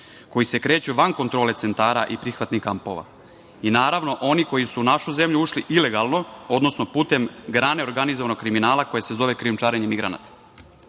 koji se kreću van kontrole centara i prihvatnih kampova i naravno oni koji su u našu zemlju ušli ilegalno, odnosno putem grane organizovanog kriminala koje se zove krijumčarenje migranata. Predlog